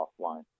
offline